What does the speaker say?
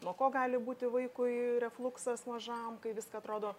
nuo ko gali būti vaikui refluksas mažam kai viską atrodo